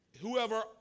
Whoever